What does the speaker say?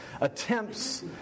attempts